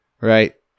Right